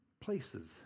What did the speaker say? places